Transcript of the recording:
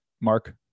mark